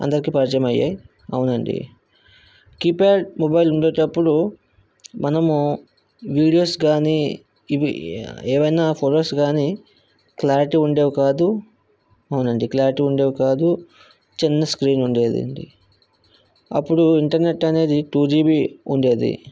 అందరికి పరిచయం అయ్యాయి అవునండి కీప్యాడ్ మొబైల్ ఉండేటప్పుడు మనము వీడియోస్ కానీ ఇవి ఏవైనా ఫొటోస్ కానీ క్లారిటీ ఉండేవి కాదు అవునండి క్లారిటీ ఉండేవి కాదు చిన్న స్క్రీన్ ఉండేదండి అప్పుడు ఇంటర్నెట్ అనేది టు జీబీ ఉండేది